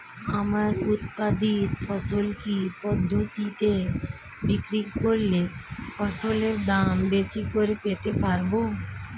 আমার উৎপাদিত ফসল কি পদ্ধতিতে বিক্রি করলে ফসলের দাম বেশি করে পেতে পারবো?